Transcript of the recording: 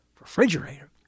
refrigerator